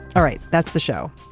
all right. that's the show.